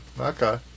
Okay